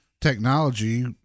technology